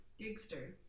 Gigster